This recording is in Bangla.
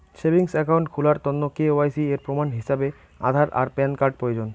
সেভিংস অ্যাকাউন্ট খুলার তন্ন কে.ওয়াই.সি এর প্রমাণ হিছাবে আধার আর প্যান কার্ড প্রয়োজন